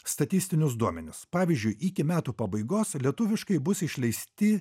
statistinius duomenis pavyzdžiui iki metų pabaigos lietuviškai bus išleisti